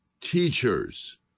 teachers